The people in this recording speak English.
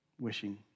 wishing